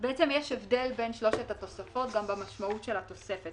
יש הבדל בין שלושת התוספות גם במשמעות של התוספת.